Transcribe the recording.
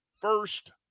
first